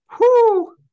whoo